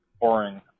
boring